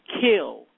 kill